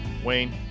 Wayne